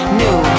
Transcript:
new